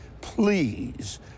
please